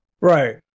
Right